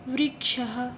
वृक्षः